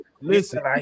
Listen